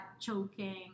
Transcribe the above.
choking